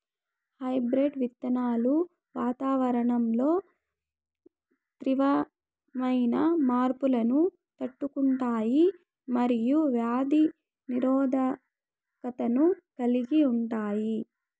hybrid విత్తనాలు వాతావరణంలో తీవ్రమైన మార్పులను తట్టుకుంటాయి మరియు వ్యాధి నిరోధకతను కలిగి ఉంటాయి